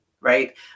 right